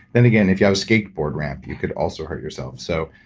then again, if you have a skateboard ramp, you could also hurt yourself. so,